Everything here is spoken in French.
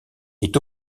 est